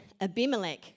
Abimelech